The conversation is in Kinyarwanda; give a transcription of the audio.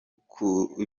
kuroga